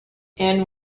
and